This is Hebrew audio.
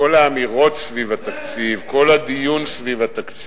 כל האמירות סביב התקציב, כל הדיון סביב התקציב,